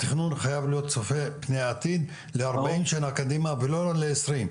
התכנון חייב להיות צופה פני העתיד להרבה שנים קדימה ולא לעשרים.